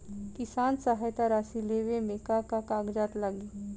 किसान सहायता राशि लेवे में का का कागजात लागी?